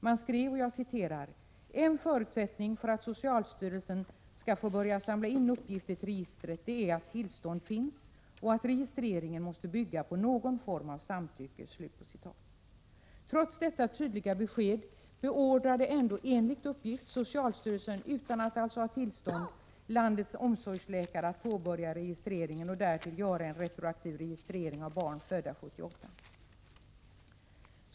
Datainspektionen skrev: ”En förutsättning för att socialstyrelsen skall få börja samla in uppgifter till registret är att tillstånd finns och att registreringen måste bygga på någon form av samtycke.” Trots detta tydliga besked beordrade, enligt uppgift, socialstyrelsen — alltså utan att ha tillstånd — landets omsorgsläkare att påbörja registreringen och dessutom göra en retroaktiv registrering av barn födda 1978.